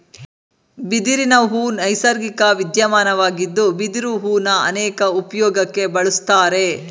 ಬಿದಿರಿನಹೂ ನೈಸರ್ಗಿಕ ವಿದ್ಯಮಾನವಾಗಿದ್ದು ಬಿದಿರು ಹೂನ ಅನೇಕ ಉಪ್ಯೋಗಕ್ಕೆ ಬಳುಸ್ತಾರೆ